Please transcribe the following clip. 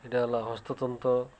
ଇଟା ହେଲା ହସ୍ତତନ୍ତ